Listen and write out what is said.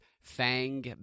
Fang